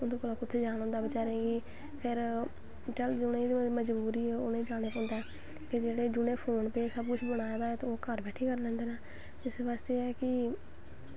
उं'दे कोला दा कुत्थें जान होंदा बचैरें गी फिर चल जिनें मज़बूरी ऐ उ'नें जाना पौंदा फिर जि'नें फोन पे सब कुछ बनाए दा ऐ ते ओह् घर बैठियै करी लैंदे न इसे बास्तै एह् ऐ कि